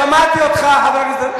שמעתי אותך, חבר הכנסת.